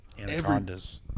Anacondas